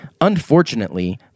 Unfortunately